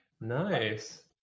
Nice